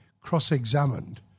cross-examined